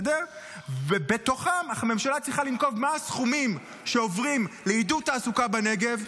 אך הממשלה צריכה לנקוב מה הסכומים שעוברים לעידוד תעסוקה בנגב,